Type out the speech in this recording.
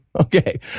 Okay